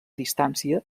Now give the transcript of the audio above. distància